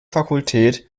fakultät